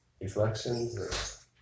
reflections